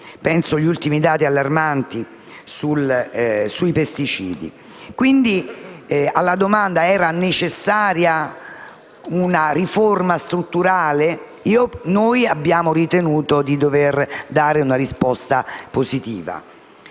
(penso agli ultimi dati allarmanti sui pesticidi). Alla domanda se fosse necessaria una riforma strutturale abbiamo ritenuto di dover dare una risposta positiva.